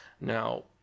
Now